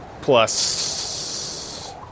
plus